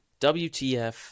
WTF